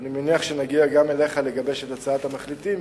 ואני מניח שנגיע גם אליך לגבש את הצעת המחליטים